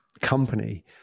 company